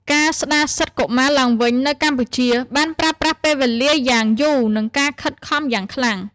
ការស្ដារសិទ្ធិកុមារឡើងវិញនៅកម្ពុជាបានប្រើប្រាស់ពេលវេលាយ៉ាងយូរ និងការខិតខំយ៉ាងខ្លាំង។